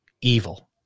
Evil